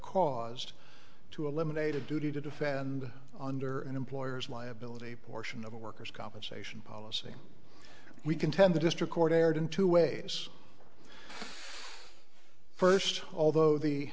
caused to eliminate a duty to defend under an employer's liability portion of a worker's compensation policy we contend the district court erred in two ways first although the